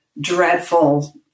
dreadful